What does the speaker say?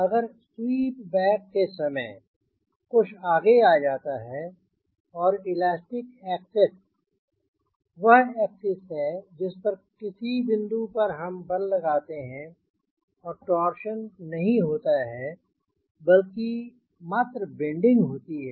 अगर sweep back के समय कुछ आगे आता है और इलास्टिक एक्सिस वह एक्सिस है जिस पर किसी बिंदु पर हम बल लगाते हैं और टॉरशन नहीं होता बल्कि मात्र बेन्डिंग होती है